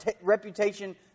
reputation